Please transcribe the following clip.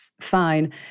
Fine